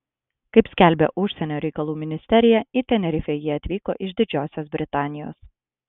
kaip skelbia užsienio reikalų ministerija į tenerifę jie atvyko iš didžiosios britanijos